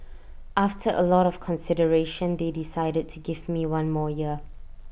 after A lot of consideration they decided to give me one more year